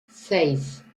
seis